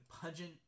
pungent